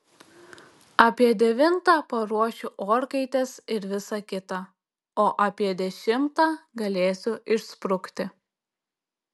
apie devintą paruošiu orkaites ir visa kita o apie dešimtą galėsiu išsprukti